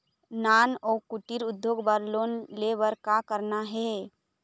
नान अउ कुटीर उद्योग बर लोन ले बर का करना हे?